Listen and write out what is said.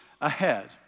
ahead